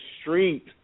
street